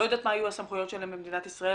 לא יודעת מה יהיו הסמכויות שלהם במדינת ישראל,